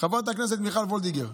חברת הכנסת מיכל וולדיגר,